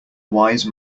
wise